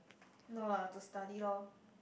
no lah to study lor